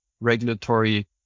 regulatory